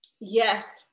Yes